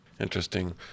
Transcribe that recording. Interesting